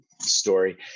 story